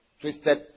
twisted